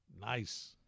Nice